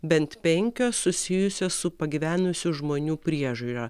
bent penkios susijusios su pagyvenusių žmonių priežiūra